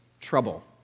trouble